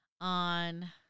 on